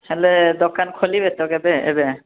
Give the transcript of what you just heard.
ହେଲେ ଦୋକାନ ଖୋଲିବେ ତ କେବେ ଏବେ